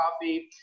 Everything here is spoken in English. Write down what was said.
coffee